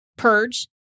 Purge